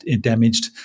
damaged